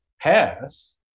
pass